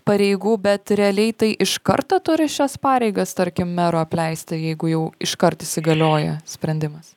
pareigų bet realiai tai iš karto turi šias pareigas tarkim mero apleisti jeigu jau iškart įsigalioja sprendimas